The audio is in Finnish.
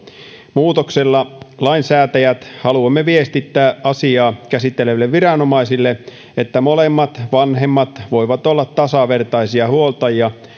muutoksella me lainsäätäjät haluamme viestittää asiaa käsitteleville viranomaisille että molemmat vanhemmat voivat olla tasavertaisia huoltajia